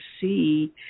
see